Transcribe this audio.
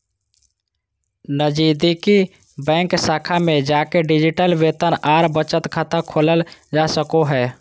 नजीदीकि बैंक शाखा में जाके डिजिटल वेतन आर बचत खाता खोलल जा सको हय